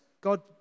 God